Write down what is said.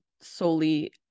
solely